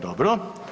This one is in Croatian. Dobro.